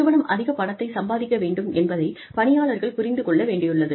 நிறுவனம் அதிகப் பணத்தை சம்பாதிக்க வேண்டும் என்பதை பணியாளர்கள் புரிந்து கொள்ள வேண்டியுள்ளது